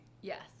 Yes